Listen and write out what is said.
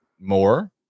More